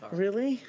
really?